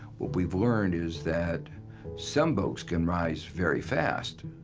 what we've learned is that some boats can rise very fast,